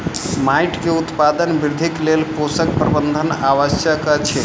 माइट के उत्पादन वृद्धिक लेल पोषक प्रबंधन आवश्यक अछि